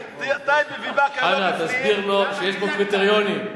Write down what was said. טייבה, חנא, תסביר לו שיש פה קריטריונים.